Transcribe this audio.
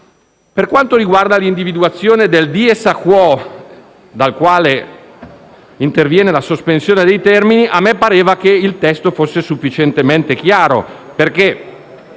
Per quanto riguarda l'individuazione del *dies a quo* dal quale interviene la sospensione dei termini, a me pareva che il testo fosse sufficientemente chiaro perché